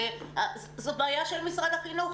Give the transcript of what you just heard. זו בעיה של משרד החינוך,